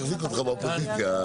(הישיבה נפסקה בשעה 10:33 ונתחדשה